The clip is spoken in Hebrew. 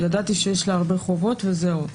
ידעתי שיש לי הרבה חובות וזהו.